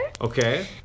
Okay